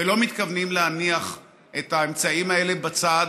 ולא מתכוונים להניח את האמצעים האלה בצד